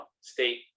state